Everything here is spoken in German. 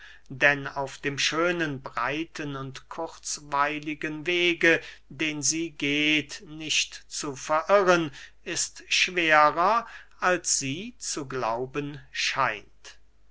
denn auf dem schönen breiten und kurzweiligen wege den sie geht nicht zu verirren ist schwerer als sie zu glauben scheint